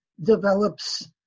develops